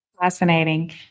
Fascinating